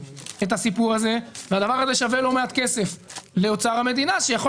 הסיפור הזה והדבר הזה שווה לא מעט כסף לאוצר המדינה שיכול